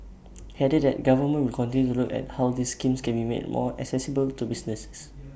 he added that the government will continue to look at how these schemes can be made more accessible to businesses